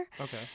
Okay